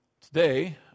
Today